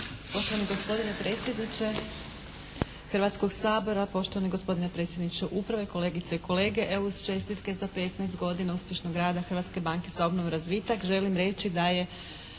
Poštovani gospodine predsjedniče Hrvatskog sabora, poštovani gospodine predsjedniče Uprave, kolegice i kolege. Evo uz čestitke za 15 godina uspješnog rada Hrvatske banke za obnovu i razvitak želim reći da je